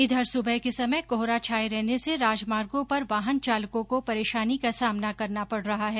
इधर सुबह के समय कोहरा छाये रहने से राजमार्गो पर वाहन चालकों को परेशानी का सामना करना पड रहा है